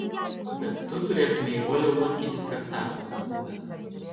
bet tu turėtumei uoliau lankytis fechtavimosi klube